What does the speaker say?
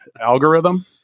algorithm